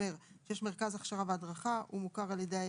כמובן שצריך לומר שמבחינתנו ותכף מוסי יאמר את דבריו